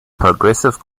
progressive